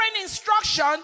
instruction